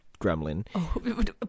gremlin